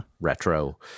retro